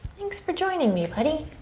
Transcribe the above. thanks for joining me, buddy.